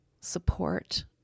support